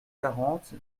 quarante